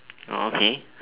okay